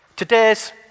Today's